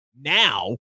now